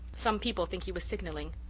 some people think he was signalling.